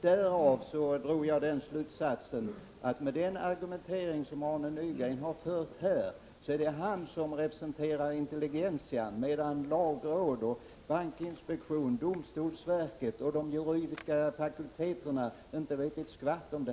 Det var av den argumentering som Arne Nygren här har fört som jag drog slutsatsen att det är han som representerar intelligentian, medan lagrådet, bankinspektionen, domstolsverket och de juridiska fakulteterna inte vet ett skvatt.